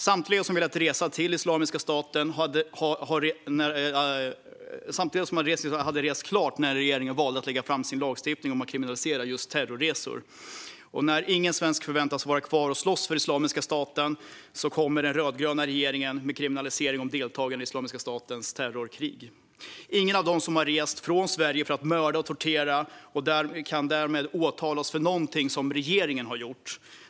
Samtliga som ville resa till Islamiska staten hade rest klart när regeringen valde att lägga fram förslag till en lagstiftning om att kriminalisera just terrorresor. När ingen svensk förväntas vara kvar och slåss för Islamiska staten kommer den rödgröna regeringen med förslag om en kriminalisering av deltagande i Islamiska statens terrorkrig. Ingen av dem som har rest från Sverige för att mörda och tortera kan därmed åtalas med hjälp av någonting som regeringen har gjort.